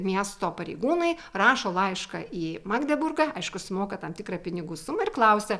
miesto pareigūnai rašo laišką į magdeburgą aišku sumoka tam tikrą pinigų sumą ir klausia